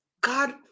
God